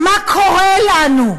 מה קורה לנו?